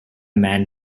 man